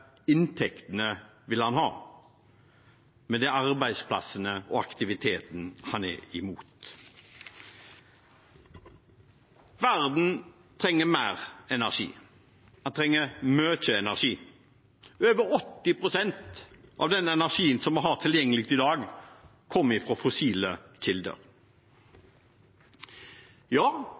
inntektene vil de ha, men arbeidsplassene og aktiviteten er de imot. Verden trenger mer energi, den trenger mye energi. Over 80 pst. av den energien vi har tilgjengelig i dag, kommer fra fossile kilder. Ja,